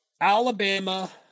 Alabama